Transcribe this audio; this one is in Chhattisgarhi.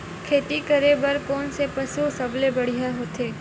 खेती करे बर कोन से पशु सबले बढ़िया होथे?